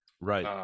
right